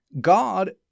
God